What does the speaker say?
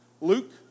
Luke